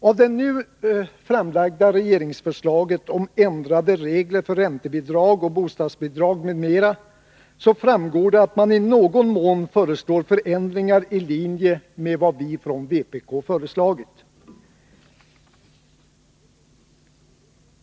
Av det nu framlagda regeringsförslaget om ändrade regler för räntebidrag och bostadsbidrag m.m. framgår att man i någon mån föreslår förändringar i linje med vad vi från vpk har föreslagit.